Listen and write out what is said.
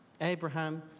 Abraham